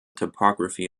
topography